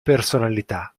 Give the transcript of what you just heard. personalità